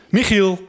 Michiel